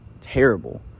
terrible